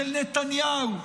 של נתניהו?